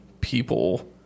people